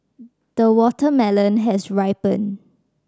the watermelon has ripened